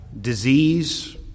disease